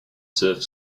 surf